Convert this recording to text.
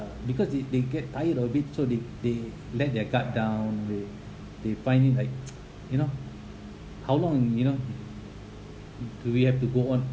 uh because if they get tired of it so they they let their guard down they they find it like you know how long you know do we have to go on